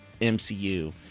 MCU